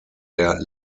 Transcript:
der